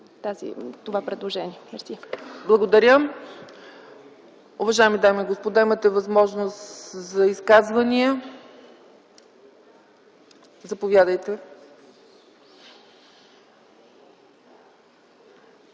ЦЕЦКА ЦАЧЕВА: Благодаря. Уважаеми дами и господа, имате възможност за изказвания. Заповядайте.